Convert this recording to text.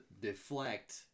deflect